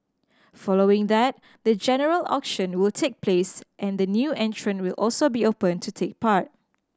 following that the general auction will take place and the new entrant will also be open to take part